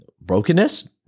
brokenness